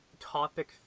Topic